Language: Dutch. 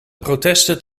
protesten